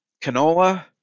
Canola